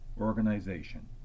organization